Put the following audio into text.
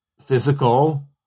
physical